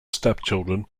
stepchildren